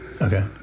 okay